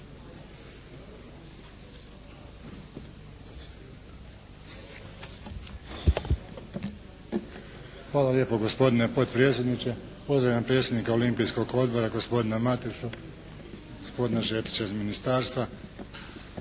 Hvala lijepo gospodine potpredsjedniče, pozdravljam predsjednika Olimpijskog odbora gospodina Matešu, gospodina …/Govornik se